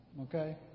Okay